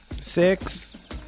six